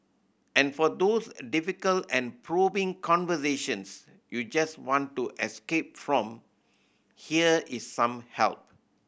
and for those difficult and probing conversations you just want to escape from here is some help